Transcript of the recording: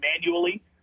manually